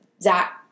Zach